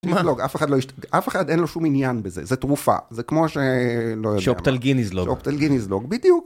אף אחד לא ישתדל.. אף אחד אין לו שום עניין בזה זה תרופה זה כמו שלא יודע שאופטלגין יזלוג בדיוק.